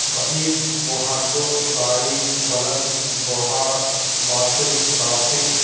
بعید بہادر باریک بلند بخار باطل باقی